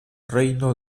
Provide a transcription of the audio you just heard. reino